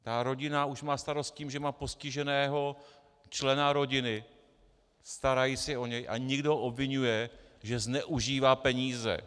Ta rodina má starost už s tím, že má postiženého člena rodiny, starají se o něj, a někdo je obviňuje, že zneužívá peníze.